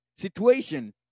situation